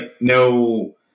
no